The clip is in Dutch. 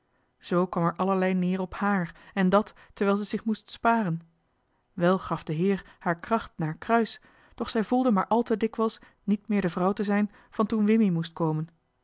zoo kwam er allerlei neer op hààr en dat terwijl zij zich moest sparen wel gaf de heer haar kracht naar kruis doch zij voelde maar al te dikwijls niet meer de vrouw te zijn van toen wim kwam neen